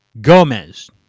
Gomez